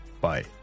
bye